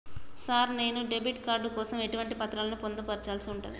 Sir నేను debit card కోసం ఎటువంటి పత్రాలను పొందుపర్చాల్సి ఉంటది?